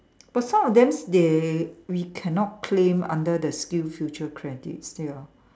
but some of them they we cannot claim under the SkillsFuture credits ya